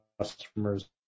customers